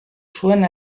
zuen